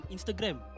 Instagram